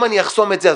אם אני אחסום את זה,